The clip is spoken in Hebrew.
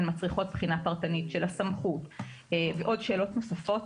הן מצריכות בחינה פרטנית של הסמכות ועוד שאלות נוספות.